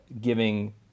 giving